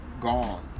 gone